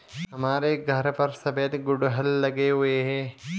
हमारे घर पर सफेद गुड़हल लगे हुए हैं